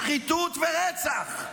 שחיתות ורצח.